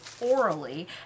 orally